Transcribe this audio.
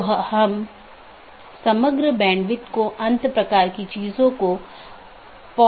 तो एक BGP विन्यास एक ऑटॉनमस सिस्टम का एक सेट बनाता है जो एकल AS का प्रतिनिधित्व करता है